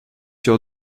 your